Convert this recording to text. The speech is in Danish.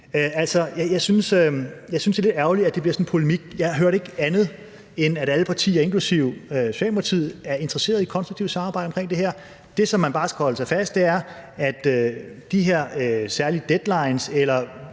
Jeg synes, det er lidt ærgerligt, at det bliver sådan en polemik. Jeg hørte ikke andet, end at alle partier, inklusive Socialdemokratiet, er interesseret i et konstruktivt samarbejde omkring det her. Det, man bare skal holde sig for øje, er, at de her særlige deadlines eller